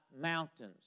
mountains